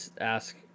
Ask